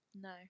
No